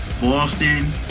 Boston